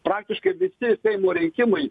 praktiškai visi seimo rinkimai